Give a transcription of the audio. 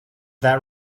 that